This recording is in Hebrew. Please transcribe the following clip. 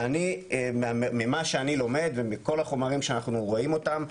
ואני ממה שאני לומד ומכל החומרים שאנחנו רואים אותם,